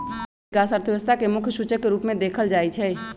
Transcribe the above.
आर्थिक विकास अर्थव्यवस्था के मुख्य सूचक के रूप में देखल जाइ छइ